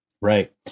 Right